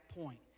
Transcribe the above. point